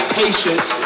patience